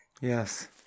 Yes